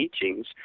teachings